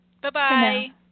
Bye-bye